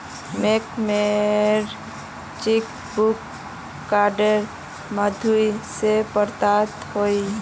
मोक मोर cheque book डाकेर माध्यम से प्राप्त होइए